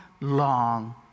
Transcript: long